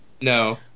No